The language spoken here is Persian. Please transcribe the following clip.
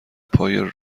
پای